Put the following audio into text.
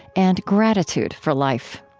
and gratitude for life.